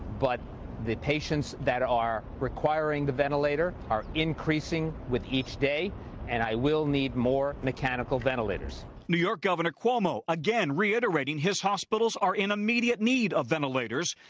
but the patients that are requiring the ventilators are increasing with each day and i will need more mechanical ventilators. reporter new york governor cuomo, again, reiterating his hospitals are in immediate need of ventilators,